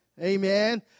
Amen